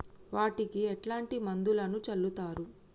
వాటికి ఎట్లాంటి మందులను చల్లుతరు?